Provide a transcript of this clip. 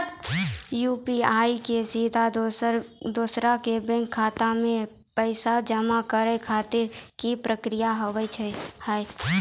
UPI से सीधा दोसर के बैंक खाता मे पैसा जमा करे खातिर की प्रक्रिया हाव हाय?